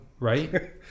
Right